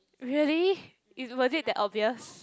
really is was it that obvious